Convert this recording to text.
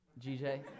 GJ